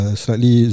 slightly